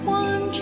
one